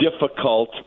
difficult